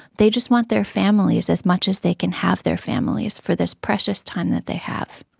they just want their families as much as they can have their families for this precious time that they have.